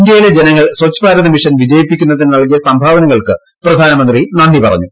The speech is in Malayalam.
ഇന്ത്യയിലെ ജനങ്ങൾ സ്വച്ഛ്ഭാരത് മിഷൻ വിജയിപ്പിക്കുന്നതിന് നൽകിയ സംഭാവനകൾക്ക് പ്രധാനമന്ത്രി നന്ദി പറഞ്ഞു